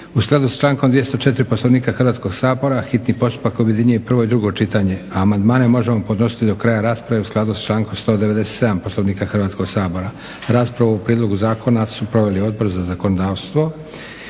U skladu sa člankom 204. Poslovnika Hrvatskog sabora hitni postupak objedinjuje prvo i drugo čitanje. Amandmane možemo podnositi do kraja rasprave u skladu sa člankom 197. Poslovnika Hrvatskog sabora. Raspravu o prijedlogu zakona su proveli Odbor za zakonodavstvo.